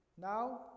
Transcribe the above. Now